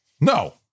No